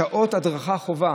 שעות הדרכה חובה